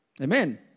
Amen